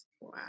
Wow